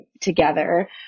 together